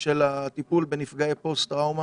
של הטיפול בנפגעי פוסט טראומה.